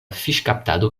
fiŝkaptado